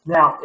Now